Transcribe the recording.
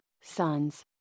sons